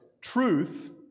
truth